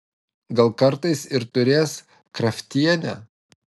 gal kartais ir turės kraftienė